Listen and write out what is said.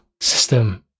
system